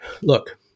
Look